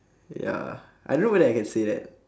ya I don't know whether I can say that